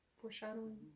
foreshadowing